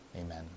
Amen